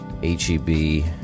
HEB